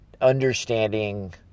understanding